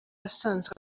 asanzwe